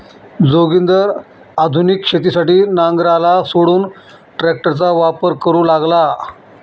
जोगिंदर आधुनिक शेतीसाठी नांगराला सोडून ट्रॅक्टरचा वापर करू लागला